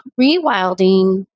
rewilding